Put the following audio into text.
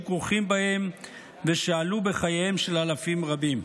כרוכים בהם ושעלו בחייהם של אלפים רבים.